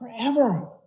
forever